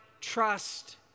trust